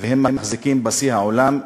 הם מחזיקים בשיא העולם,